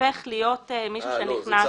הופך להיות מישהו שנכנס.